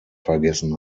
vergessen